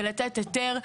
ולתת היתר,